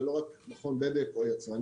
זה לא רק מכון בדק או יצרנים.